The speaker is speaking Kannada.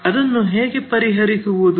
ಅದನ್ನು ಹೇಗೆ ಪರಿಹರಿಸುವುದು